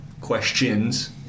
Questions